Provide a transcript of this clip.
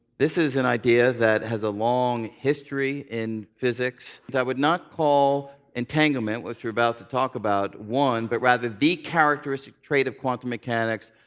this is an idea that has a long history in physics. i would not call entanglement, which we are about to talk about one but rather the characteristic trait of quantum mechanics,